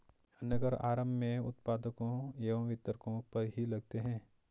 अन्य कर आरम्भ में उत्पादकों एवं वितरकों पर ही लगते हैं